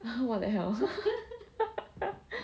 what the hell